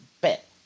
bet